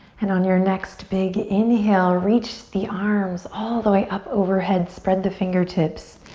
and on your next big inhale reach the arms all the way up overhead. spread the fingertips.